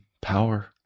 power